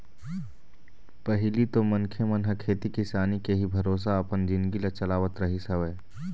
पहिली तो मनखे मन ह खेती किसानी के ही भरोसा अपन जिनगी ल चलावत रहिस हवय